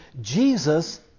Jesus